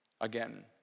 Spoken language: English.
Again